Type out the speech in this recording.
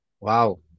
Wow